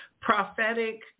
prophetic